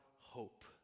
hope